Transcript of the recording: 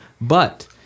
but-